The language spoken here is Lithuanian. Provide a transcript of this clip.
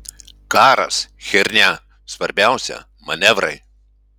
karas chiernia svarbiausia manevrai